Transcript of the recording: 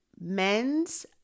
men's